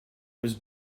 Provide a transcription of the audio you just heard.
was